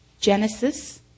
Genesis